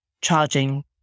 charging